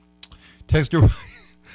Texter